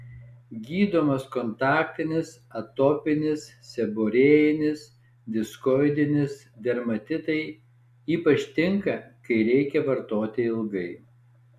gydomas kontaktinis atopinis seborėjinis diskoidinis dermatitai ypač tinka kai reikia vartoti ilgai